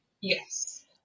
Yes